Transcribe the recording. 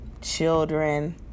children